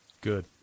Good